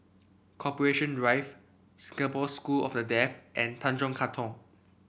Corporation Drive Singapore School of the Deaf and Tanjong Katong